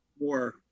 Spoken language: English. more